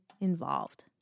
involved